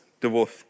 divorce